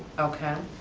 okay!